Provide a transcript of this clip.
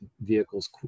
vehicles